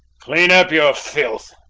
clean up your filth!